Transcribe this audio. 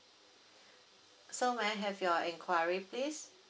so may I have your enquiry please